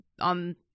on